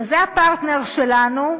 אז זה הפרטנר שלנו,